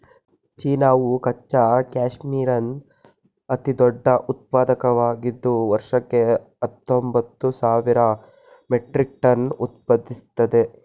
ಚೀನಾವು ಕಚ್ಚಾ ಕ್ಯಾಶ್ಮೀರ್ನ ಅತಿದೊಡ್ಡ ಉತ್ಪಾದಕವಾಗಿದ್ದು ವರ್ಷಕ್ಕೆ ಹತ್ತೊಂಬತ್ತು ಸಾವಿರ ಮೆಟ್ರಿಕ್ ಟನ್ ಉತ್ಪಾದಿಸ್ತದೆ